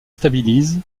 stabilise